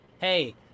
Hey